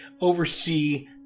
oversee